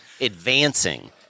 advancing